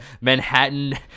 Manhattan